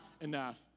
enough